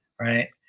right